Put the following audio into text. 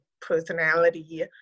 personality